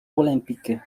olympique